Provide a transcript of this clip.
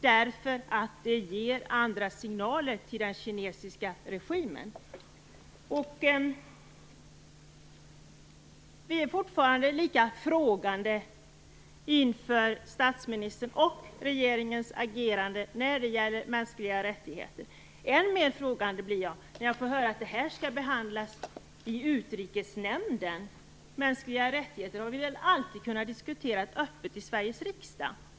Det ger andra signaler till den kinesiska regimen. Vi är fortfarande lika frågande inför statsministerns och regeringens agerande när det gäller mänskliga rättigheter. Än mer frågande blir jag när jag får höra att det här skall behandlas i Utrikesnämnden. Mänskliga rättigheter har vi väl alltid kunnat diskutera öppet i Sveriges riksdag.